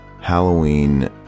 Halloween